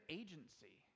agency